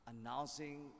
announcing